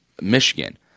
Michigan